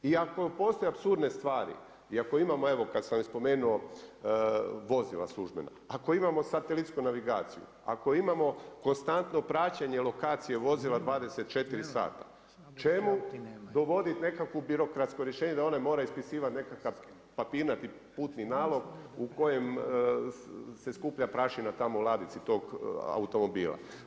I ako postoje apsurdne stvari i ako imamo evo kad sam i spomenuo, vozila službena, ako imamo satelitsku navigaciju, ako imamo konstantno praćenje lokacije vozila 24 sata, čemu dovoditi nekakvo birokratsko riješene da one mora ispisivati nekakav papirnati putni nalog u kojem se skuplja prašina tamo u ladici toga automobila.